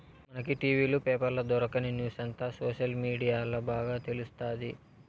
మనకి టి.వీ లు, పేపర్ల దొరకని న్యూసంతా సోషల్ మీడియాల్ల బాగా తెలుస్తాది